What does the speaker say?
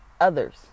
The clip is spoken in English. others